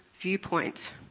viewpoint